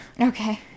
Okay